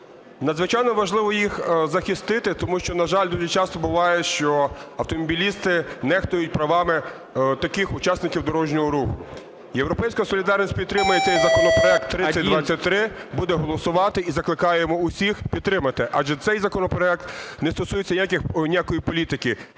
Надзвичайно важливо їх захистити, тому що, на жаль, дуже часто буває, що автомобілісти нехтують правами таких учасників дорожнього руху. "Європейська солідарність" підтримає цей законопроект 3023, буде голосувати і закликаємо усіх підтримати. Адже цей законопроект не стосується ніякої політики,